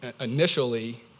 initially